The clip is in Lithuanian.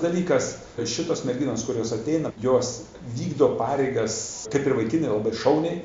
dalykas kad šitos merginos kurios ateina jos vykdo pareigas kaip ir vaikinai labai šauniai